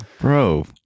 Bro